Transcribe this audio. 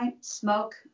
Smoke